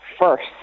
first